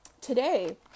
today